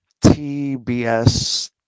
TBS